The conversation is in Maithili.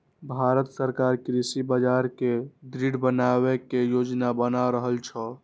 भांरत सरकार कृषि बाजार कें दृढ़ बनबै के योजना बना रहल छै